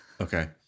okay